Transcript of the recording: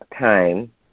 time